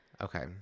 Okay